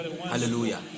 Hallelujah